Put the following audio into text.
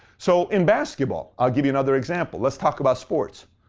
so in basketball, i'll give you another example. let's talk about sports.